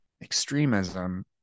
extremism